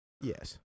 Yes